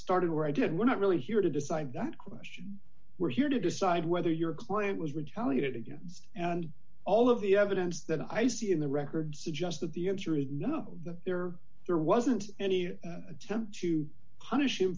started where i did we're not really here to decide that question we're here to decide whether your client was retaliated against and all of the evidence that i see in the record suggests that the answer is no there there wasn't any attempt to punish